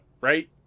Right